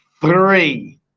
three